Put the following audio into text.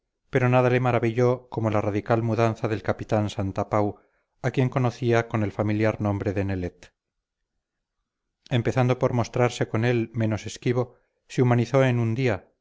pero nada le maravilló como la radical mudanza del capitán santapau a quien conocía por el familiar nombre de nelet empezando por mostrarse con él menos esquivo se humanizó en un día